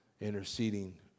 interceding